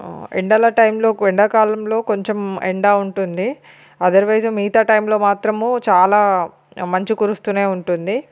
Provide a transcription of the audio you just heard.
ఎండల టైమ్లో ఎండాకాలంలో కొంచం ఎండ ఉంటుంది అదర్వైజ్ మిగితా టైమ్లో మాత్రం చాలా మంచు కురుస్తూనే ఉంటుంది